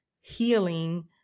healing